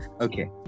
Okay